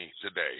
today